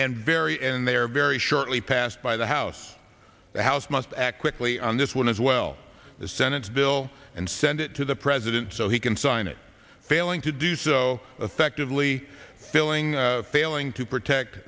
and very and they are very shortly passed by the house the house must act quickly on this one as well the senate's bill and send it to the president so he can sign it failing to do so effectively filling failing to protect